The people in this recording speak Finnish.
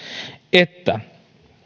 että